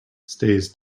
stays